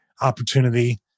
opportunity